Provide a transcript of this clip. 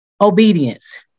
Obedience